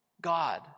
God